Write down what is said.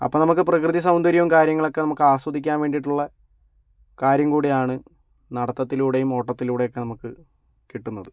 അപ്പം നമക്ക് പ്രകൃതി സൗന്ദര്യവും കാര്യങ്ങളൊക്കെ നമുക്ക് ആസ്വദിക്കാൻ വേണ്ടിയിട്ടുള്ള കാര്യം കൂടിയാണ് നടത്തിലൂടെയും ഓട്ടത്തിലൂടെയൊക്കെ നമുക്ക് കിട്ടുന്നത്